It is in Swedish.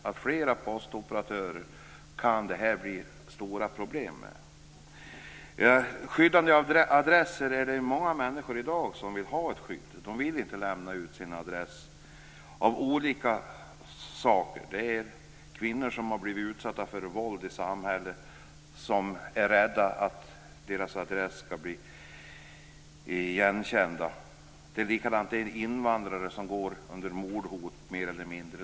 Med fler postoperatörer kan det bli stora problem. Det är många människor som i dag vill ha skyddade adresser. De vill inte lämna ut sina adresser av olika skäl. Det kan vara kvinnor som har blivit utsatta för våld i samhället som är rädda för att deras adress skall bli igenkänd. Det är samma sak med invandrare som mer eller mindre lever under mordhot.